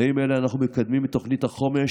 בימים אלה אנחנו מקדמים את תוכנית החומש